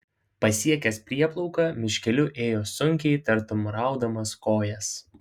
pasiekęs prieplauką miškeliu ėjo sunkiai tartum raudamas kojas